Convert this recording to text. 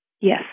yes